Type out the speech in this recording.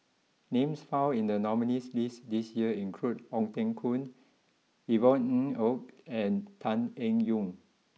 names found in the nominees' list this year include Ong Teng Koon Yvonne Ng Uhde and Tan Eng Yoon